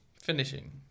finishing